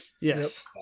yes